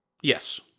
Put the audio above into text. Yes